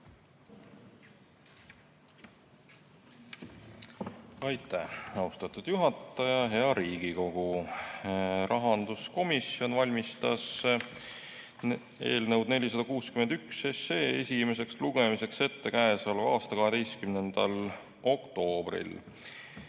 Aitäh, austatud juhataja! Hea Riigikogu! Rahanduskomisjon valmistas eelnõu 461 esimeseks lugemiseks ette k.a 12. oktoobril.